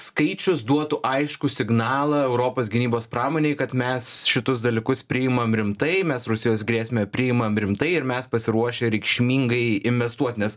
skaičius duotų aiškų signalą europos gynybos pramonei kad mes šitus dalykus priimam rimtai mes rusijos grėsmę priimam rimtai ir mes pasiruošę reikšmingai investuot nes